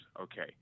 okay